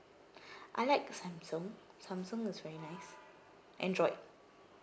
I like Samsung Samsung is very nice Android